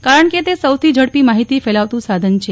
કારણકે તે સૌથી ઝડપી માહિતી ફેલાવતું સાધન છે